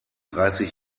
dreißig